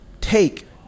take